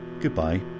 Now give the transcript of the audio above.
goodbye